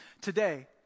today